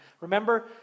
Remember